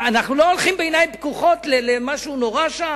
אנחנו לא הולכים בעיניים פקוחות למשהו נורא שם?